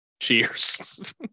Cheers